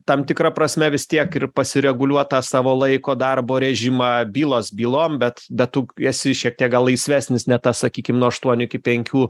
tam tikra prasme vis tiek ir pasireguliuot tą savo laiko darbo režimą bylos bylom bet bet tu esi šiek tiek gal laisvesnis ne tas sakykim nuo aštuonių iki penkių